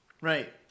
right